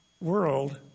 world